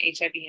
HIV